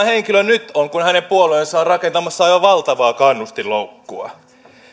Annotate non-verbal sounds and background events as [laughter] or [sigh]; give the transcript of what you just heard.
[unintelligible] henkilö nyt on kun hänen puolueensa on rakentamassa aivan valtavaa kannustinloukkua